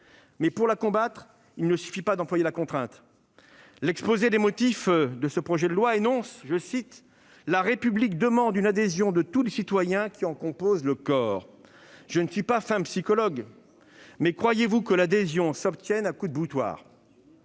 cette dernière, il ne suffit pas d'employer la contrainte. L'exposé des motifs énonce que « la République demande une adhésion de tous les citoyens qui en composent le corps ». Je ne suis pas fin psychologue, mais croyez-vous que l'adhésion s'obtienne à coups de boutoir ?